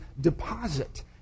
deposit